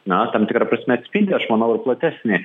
na tam tikra prasme atspindi aš manauir platesnį